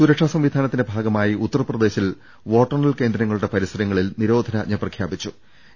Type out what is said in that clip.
സുരക്ഷാ സംവിധാനത്തിന്റെ ഭാഗമായി ഉത്തർപ്രദേശിൽ വോട്ടെണ്ണൽ കേന്ദ്രങ്ങളുടെ പരിസരങ്ങളിൽ നിരോധനാജ്ഞ പ്രഖ്യാപിച്ചു